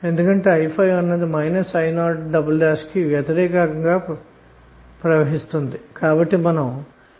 ఇప్పుడు i5 అన్నది i0 కి వ్యతిరేకంగా ప్రవహిస్తుంది కాబట్టి i5 i0 అని మీరు గమనించవచ్చు